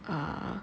uh